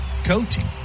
Coaching